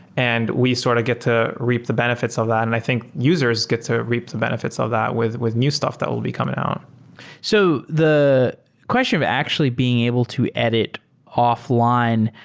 and we sort of get to reap the benefits of that. and i think users get to reap the benefits of that with with new stuff that will be coming out so the question of actually being able to edit offl ine,